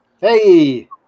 Hey